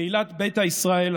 קהילת ביתא ישראל,